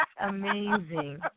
Amazing